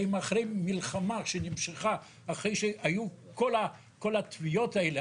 ואם אחרי מלחמה שנמשכה אחרי שהיו כל התביעות האלה,